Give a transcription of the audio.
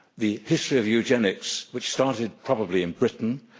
the history of eugenics, which started probably in britain,